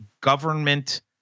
government